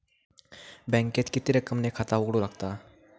बँकेत किती रक्कम ने खाता उघडूक लागता?